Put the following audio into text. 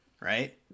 right